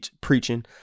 preaching